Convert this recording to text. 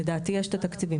לדעתי יש את התקציבים.